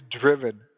driven